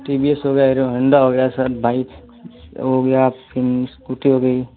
T V S हो गया Hero Honda हो गया सर बाइक हो गया फिर स्कूटी हो गई